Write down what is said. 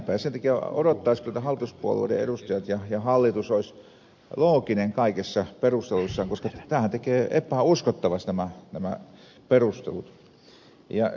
sen takia odottaisi että hallituspuolueiden edustajat ja hallitus olisivat loogisia kaikissa perusteluissaan koska tämähän tekee epäuskottavaksi nämä perustelut